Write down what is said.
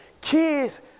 Kids